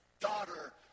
daughter